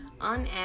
On